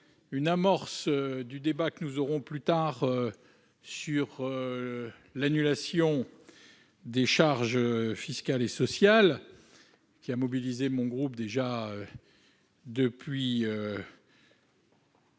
amorce le débat que nous allons avoir sur l'annulation des charges fiscales et sociales, qui mobilise mon groupe depuis